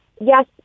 yes